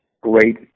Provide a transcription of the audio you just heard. great